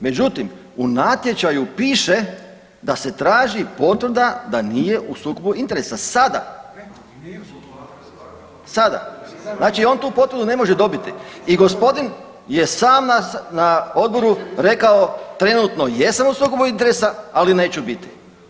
Međutim, u natječaju piše da se traži potvrda da nije u sukobu interesa sada …… [[Upadica sa strane, ne razumije se.]] sada, znači on tu potvrdu ne može dobiti i gospodin je sam na odboru rekao trenutno jesam u sukobu interesa ali ne neću biti.